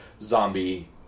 zombie